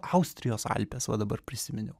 austrijos alpės va dabar prisiminiau